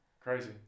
Crazy